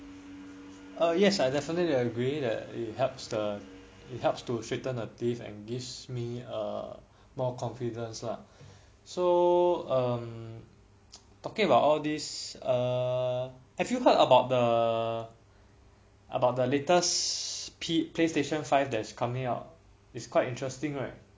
uh yes I definitely agree that it helps the it helps to straighten the teeth and gives me err more confidence lah so um talking about all this err have you heard about the about the latest P playstation five that is coming out it's quite interesting right